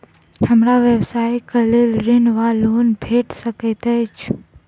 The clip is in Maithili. हमरा व्यवसाय कऽ लेल ऋण वा लोन भेट सकैत अछि?